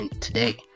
today